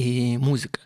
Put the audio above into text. į muziką